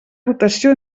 rotació